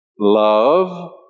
love